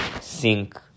sink